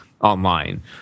online